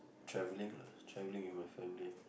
traveling traveling with my family